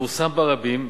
פורסם ברבים,